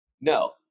No